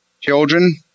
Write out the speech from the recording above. Children